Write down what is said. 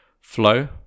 Flow